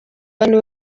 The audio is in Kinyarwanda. bane